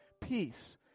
peace